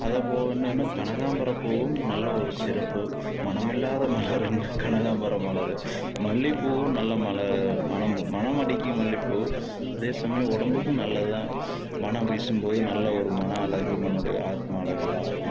அதைப் போல் என்னன்னா கனகாம்பரம் பூவும் நல்ல ஒரு சிறப்பு மணமில்லாத மலர் என்ன கனகாம்பரம் மலர் மல்லிப்பூ நல்ல மலர் மணம் மணம் அடிக்கும் மல்லிப்பூ அதே சமயம் உடம்புக்கும் நல்லது தான் மனம் வீசும் போது நல்ல ஒரு மன அழகு நம்மளுடைய ஆத்மா அழகெல்லாம்